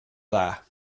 dda